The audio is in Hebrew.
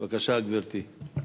בבקשה, גברתי.